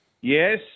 Yes